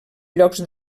llocs